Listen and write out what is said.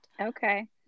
Okay